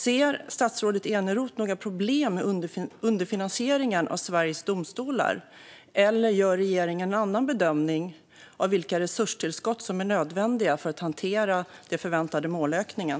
Ser statsrådet Eneroth några problem med underfinansieringen av Sveriges Domstolar, eller gör regeringen en annan bedömning av vilka resurstillskott som är nödvändiga för att hantera den förväntade målökningen?